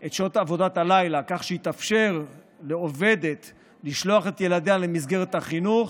את שעות עבודת הלילה כך שיתאפשר לעובדת לשלוח את ילדיה למסגרות החינוך,